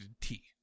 tea